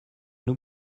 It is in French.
nous